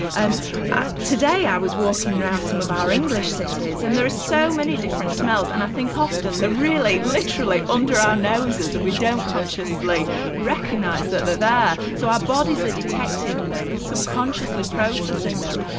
and ah today i was walking around some of our english cities and there are so many different smells and i think often they're really literally under our noses and we don't consciously recognize that they're there. so our bodies are detecting them and subconsciously processing them,